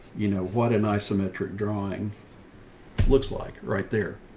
you know, what an isometric drawing looks like right there.